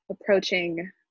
approaching